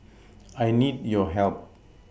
I need your help